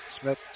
Smith